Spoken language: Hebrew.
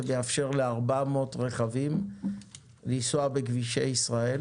יאפשר ל-400 רכבים לנסוע בכבישי ישראל